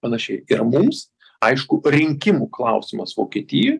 panašiai ir mums aišku rinkimų klausimas vokietijoj